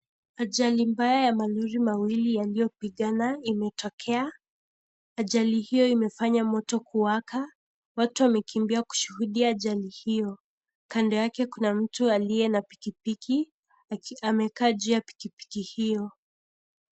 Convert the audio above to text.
Ajali mbaya ya malori mawili yaliyopigana imetokea, ajali hiyo imefanya moto kuwaka, watu wamekimbia kushuhudia ajali hiyo. Kando yake kuna mtu aliye na pikipiki, amekaa juu ya pikipiki hiyo.